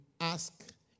ask